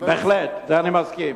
בהחלט, לזה אני מסכים.